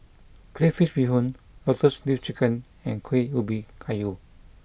Crayfish Beehoon Lotus Leaf Chicken and Kuih Ubi Kayu